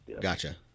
gotcha